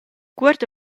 cuort